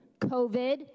COVID